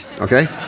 Okay